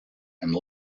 and